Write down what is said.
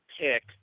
pick